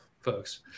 folks